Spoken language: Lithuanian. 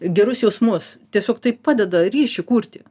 gerus jausmus tiesiog tai padeda ryšį kurti